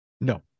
No